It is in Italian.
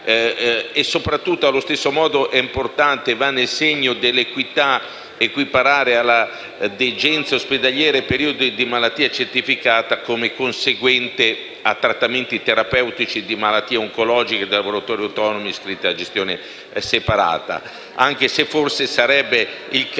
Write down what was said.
indispensabile. Allo stesso modo è importante e va nel segno dell’equità l’equiparare alla degenza ospedaliera i periodi di malattia certificata come conseguente a trattamenti terapeutici di malattie oncologiche dei lavoratori autonomi iscritti alla gestione separata. Anche se forse sarebbe il caso